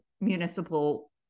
municipal